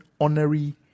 honorary